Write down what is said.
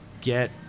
get